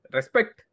Respect